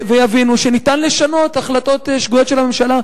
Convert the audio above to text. ויבינו שניתן לשנות החלטות שגויות של הממשלה,